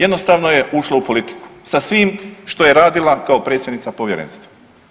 Jednostavno je ušla u politiku, sa svim što je radila kao predsjednica Povjerenstva.